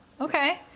okay